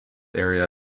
area